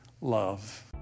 love